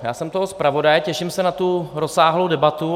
Já jsem toho zpravodaj, těším se na tu rozsáhlou debatu.